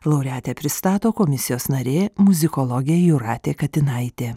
laureatę pristato komisijos narė muzikologė jūratė katinaitė